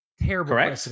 Terrible